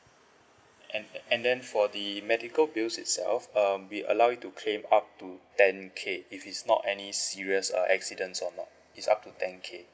and and then for the medical bills itself um we allow you to claim up to ten K if it's not any serious uh accidents or not it's up to ten K